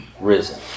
risen